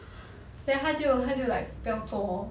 then 他就他就 like 不要做 lor